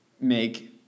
make